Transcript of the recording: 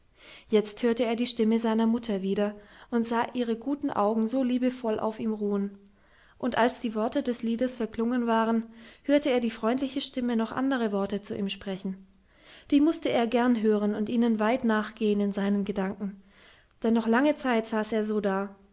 jetzt hörte er die stimme seiner mutter wieder und sah ihre guten augen so liebevoll auf ihm ruhen und als die worte des liedes verklungen waren hörte er die freundliche stimme noch andere worte zu ihm sprechen die mußte er gern hören und ihnen weit nachgehen in seinen gedanken denn noch lange zeit saß er so da